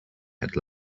had